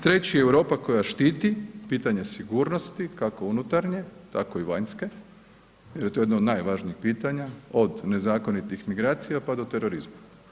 Treći je Europa koja štiti, pitanje sigurnosti, kako unutarnje, tako i vanjske, to je jedno od najvažnijih pitanja, od nezakonitih migracija, pa do terorizma.